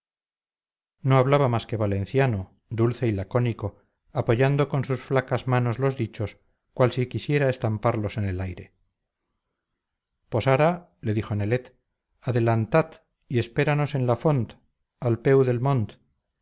no hablaba más que valenciano dulce y lacónico apoyando con sus flacas manos los dichos cual si quisiera estamparlos en el aire pos hara le dijo nelet adelantat y espéranos en la font al peu del mont